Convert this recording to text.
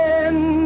end